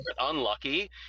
unlucky